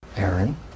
Aaron